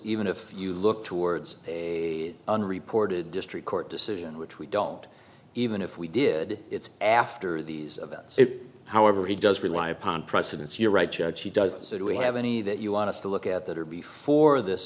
even if you look towards a unreported district court decision which we don't even if we did it's after these events however he does rely upon precedents you're right chad she does said we have any that you want us to look at that are before this